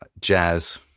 jazz